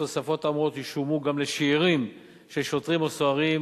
התוספות האמורות ישולמו גם לשאירים של שוטרים או סוהרים